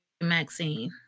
Maxine